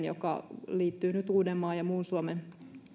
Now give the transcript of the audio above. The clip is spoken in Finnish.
joka liittyy nyt uudenmaan ja muun suomen